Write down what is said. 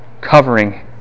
Covering